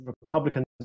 republicans